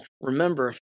Remember